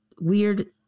weird